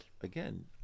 Again